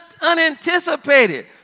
unanticipated